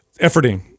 Efforting